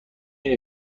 نمی